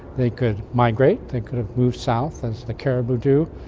they could migrate, they could move south as the caribou do.